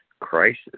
crisis